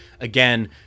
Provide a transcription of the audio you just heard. again